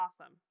awesome